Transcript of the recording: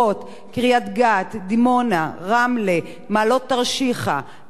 קריית-גת, דימונה, רמלה, מעלות תרשיחא, לוד,